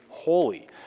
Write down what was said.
holy